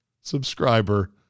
subscriber